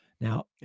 now